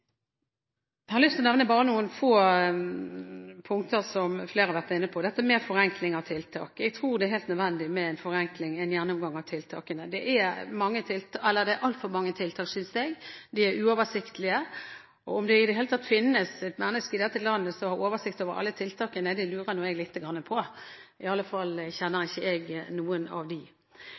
Jeg har lyst til bare å nevne noen få punkter som flere har vært inne på, dette med forenkling av tiltak. Jeg tror det er helt nødvendig med en forenkling og en gjennomgang av tiltakene. Det er altfor mange tiltak, synes jeg. De er uoversiktlige, og om det i det hele tatt finnes et menneske i dette landet som har oversikt over alle tiltakene, lurer jeg lite grann på. Jeg kjenner iallfall ikke noen av